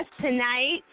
tonight